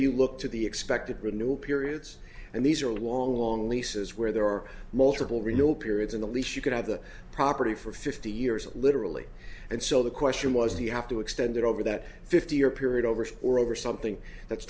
you look to the expected renewal periods and these are long long leases where there are multiple renewal periods in the lease you could have the property for fifty years literally and so the question was the you have to extend it over that fifty year period over or over something that's